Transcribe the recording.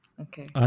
Okay